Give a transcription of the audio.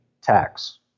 tax